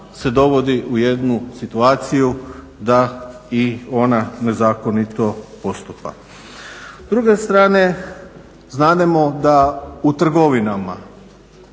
S druge strane znademo da u trgovinama